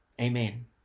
amen